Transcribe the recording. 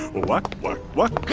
walk, walk, walk,